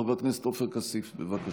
חבר הכנסת עופר כסיף, בבקשה.